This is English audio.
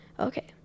okay